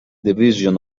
division